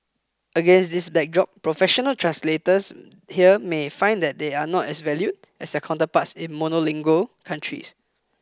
against this backdrop professional translators here may find that they are not as valued as their counterparts in monolingual countries